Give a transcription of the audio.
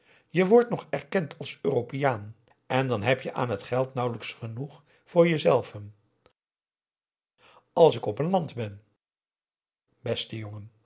je wordt nog erkend als europeaan en dan heb je aan t geld nauwelijks genoeg voor je zelven als ik op een land ben beste jongen